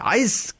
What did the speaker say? ice